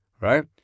right